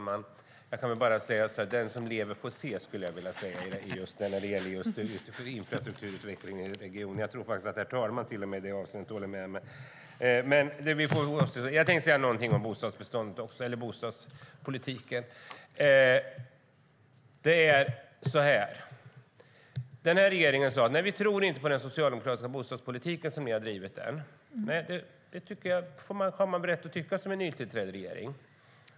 Herr talman! Den som lever får se, skulle jag vilja säga när det gäller just infrastrukturutvecklingen i regionen. Jag tror att till och med herr talmannen håller med mig i det avseendet. Jag tänkte också säga någonting om bostadspolitiken. Regeringen har sagt att den inte tror på den socialdemokratiska bostadspolitiken såsom den har bedrivits. Det har man rätt att tycka som nytillträdd regering.